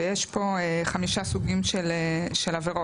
ויש פה חמישה סוגים של עבירות.